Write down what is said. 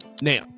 now